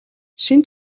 шинэ